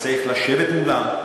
וצריך לשבת מולם,